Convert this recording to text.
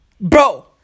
Bro